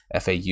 fau